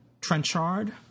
Trenchard